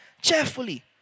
cheerfully